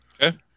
Okay